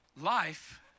Life